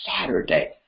saturday